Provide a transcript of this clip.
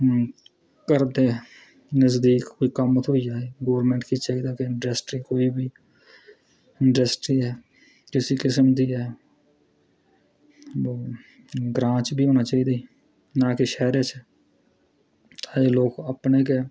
घर दे नजदीक कोई कम्म थ्होई जाए कि गौरमैंट गी चाहिदा कि इंडस्ट्री कोई बी इंडस्ट्री किसे किस्म दी गै ओह् ग्रांऽ च गै होना चाहिदे ना कि शैह्रें च अज्ज लोग अपने गै